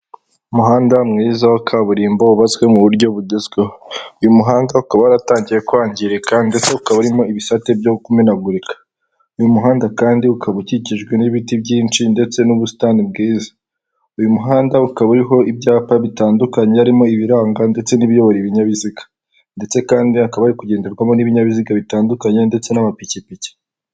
Umuhanda mwiza wa kaburimbo wubatswe mu buryo bugezweho, uyu muhanda ukaba waratangiye kwangirika ndetse ukaba urimo ibisate byo kumenagurika, uyu muhanda kandi ukaba ukikijwe n'ibiti byinshi ndetse n'ubusitani bwiza. Uyu muhanda ukaba uriho ibyapa bitandukanye harimo ibiranga ndetse n'ibiyobora ibinyabiziga ndetse kandi hakaba hari kugenderwamo n'ibinyabiziga bitandukanye ndetse n'amapikipiki.